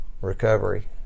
recovery